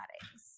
settings